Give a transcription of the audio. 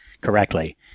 correctly